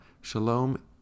Shalom